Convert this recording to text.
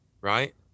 right